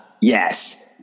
Yes